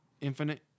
Infinite